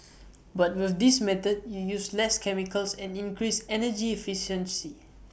but with this method you use less chemicals and increase energy efficiency